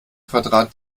quadrat